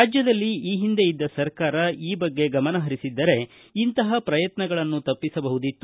ರಾಜ್ಯದಲ್ಲಿ ಈ ಹಿಂದೆ ಇದ್ದ ಸರ್ಕಾರ ಈ ಬಗ್ಗೆ ಗಮನಹರಿಸಿದ್ದರೆ ಇಂತಹ ಪ್ರಯತ್ನಗಳನ್ನು ತಪ್ಪಿಸಬಹುದಿತ್ತು